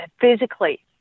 physically